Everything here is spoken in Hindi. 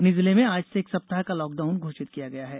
कटनी जिले में आज से एक सप्ताह का लॉकडाउन घोषित किया गया है